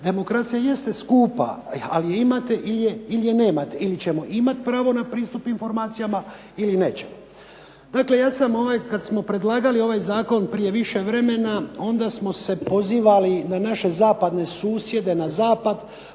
demokracija jeste skupa ali imate je ili nemate, ili ćemo imati pravo na pristup informacijama ili nećemo. Dakle, ja sam kada smo predlagali ovaj Zakon prije više vremena, onda smo se pozivali na naše susjede na zapadu